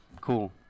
Cool